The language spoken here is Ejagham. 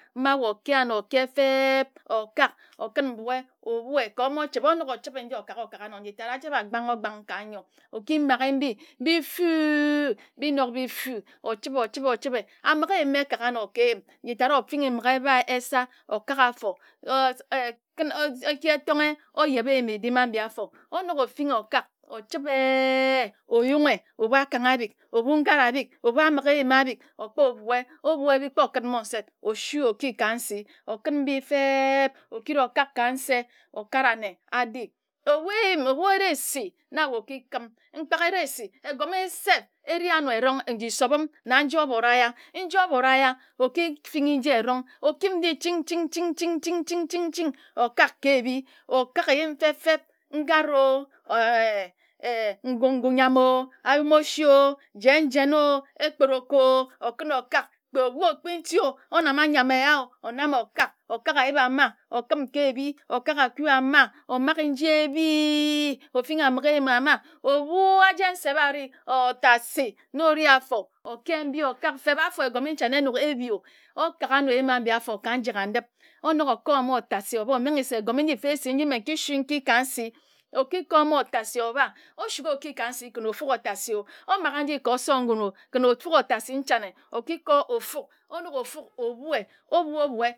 Ma wae oke anor oke feb okak okin mbue obue ka omochibe onok ochibe nji okak okak anor nji tad achibe agban ogban ka nyor oki mage mbi bi-fu-bi-nok bi-fu ochibe ochibe ochibe aminge eyim mbi ekak anor ke eyim nyitad ofini mbiki ebae esir okak afor os os eki etonghe ojeb eyim edim anyi afor onok ofini okak ochibe. oyu en ebu akange abik ebu ngare abik ebu aminge eyim abik okpo bue ebue ebik kpokid mor osep osui oki ka nsi okim mbi feb okiri okak ka nse okara anne adi ebu eyim ebu eresi na wae okikim mkpak ersi egome self eri anor erong nji sobim na nji obord aya nji obora aya okifingi nji erong okim nji chin chin chin chin chin okak ke ebi okak ejum feb-feb ngare o eh ngu ngu nyam o ao osi o jen jen o ekporoko o okin okak kpe ebu okpi nti o onama nyam eya o onam okak okak ayip ama okim ke ebi okak aku ama oma ge nji ebi. ofinghi abinghi egim ama ebu aje nsepe ari otasi ne ore afor okey mbi okak feb afor egome nchane enok ebi o okak anor eyim abi afor ka njak a ndip onok okr mmon otasi oba omeghe se egome nji mfa esi nga nki sui nki ka nsi okikor mor otasi oba osuk oki ka nsi ken ofok otasi o omaga nji kor osor ngun ken ofok otasi nchane okikor ofuk onok ofuk o bue obu-obue